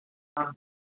ஆ